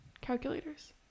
calculators